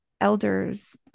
elders